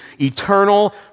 eternal